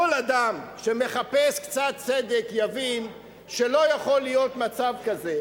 כל אדם שמחפש קצת צדק יבין שלא יכול להיות מצב כזה,